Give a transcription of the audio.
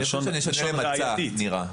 אני חושב שנשנה למצא, נירה.